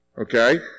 okay